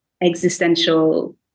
existential